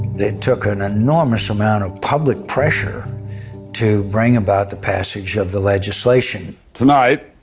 it took an enormous amount of public pressure to bring about the passage of the legislation. tonight,